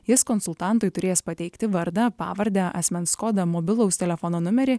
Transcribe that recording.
jis konsultantui turės pateikti vardą pavardę asmens kodą mobilaus telefono numerį